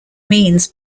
means